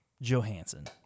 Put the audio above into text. Johansson